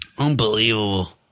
Unbelievable